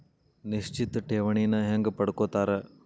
ನಿಶ್ಚಿತ್ ಠೇವಣಿನ ಹೆಂಗ ಪಡ್ಕೋತಾರ